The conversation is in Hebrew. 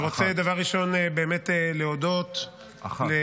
אני רוצה דבר ראשון באמת להודות לחבריי,